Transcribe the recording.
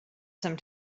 some